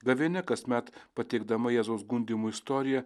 gavėnia kasmet pateikdama jėzaus gundymų istoriją